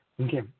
Okay